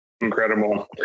Incredible